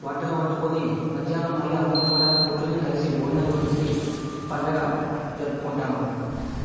వంటలు వండుకొని మధ్యాహ్నం మళ్ళీ అందరం కూడా కూర్చొని కలిసి భోజనాలు చేసి పండుగ జరుపుకుంటాము